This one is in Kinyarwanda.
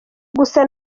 gusa